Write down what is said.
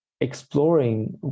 exploring